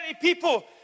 people